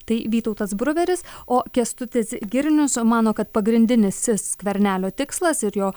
tai vytautas bruveris o kęstutis girnius mano kad pagrindinis skvernelio tikslas ir jo